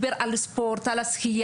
דיבר על ספורט ועל שחייה.